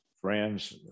friends